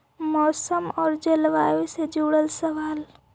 मौसम और जलवायु से जुड़ल सवाल?